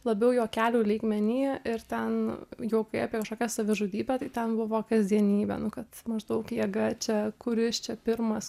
labiau juokelių lygmeny ir ten juokai apie kažkokią savižudybę tai ten buvo kasdienybė nu kad maždaug jėga čia kuris čia pirmas